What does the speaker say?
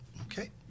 Okay